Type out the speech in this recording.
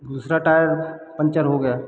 दूसरा tyre puncture हो गया